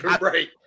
Right